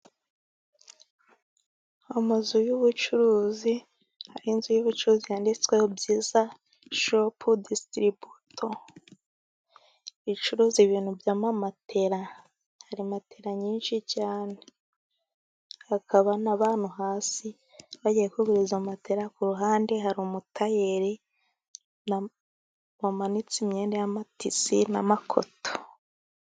Amazu y'ubucuruzi, inzu y'ubucuruzi yanditsweho Byiza Shop Disitiributo. Icuruza ibintu by'amamatera. Hari matera nyinshi cyane, haba n'abantu hasi bagiye kugura izo matera, ku ruhande hari umutayeri wamanitse imyenda y'amatisi n'amakoto.